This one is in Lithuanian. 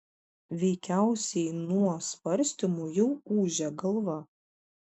veikiausiai nuo svarstymų jau ūžia galva